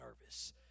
nervous